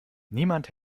niemand